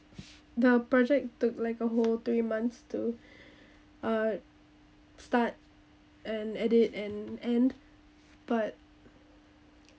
the project took like a whole three months to uh start and edit and end but